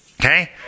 Okay